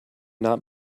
not